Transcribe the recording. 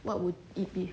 what would it be